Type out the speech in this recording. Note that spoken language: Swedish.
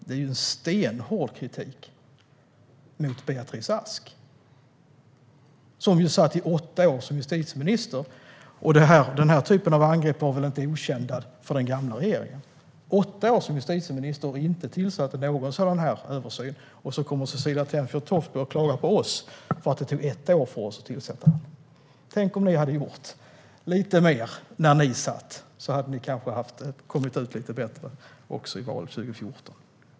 Det är en stenhård kritik mot Beatrice Ask som var justitieminister i åtta år. För denna typ av angrepp var väl inte okända för den gamla regeringen? Hon var justitieminister i åtta år utan att tillsätta någon sådan utredning. Sedan kommer Cecilie Tenfjord-Toftby och klagar på oss för att det tog ett år för oss att tillsätta den. Tänk om ni hade gjort lite mer när ni satt i regeringen. Då hade ni kanske kommit ut lite bättre också i valet 2014.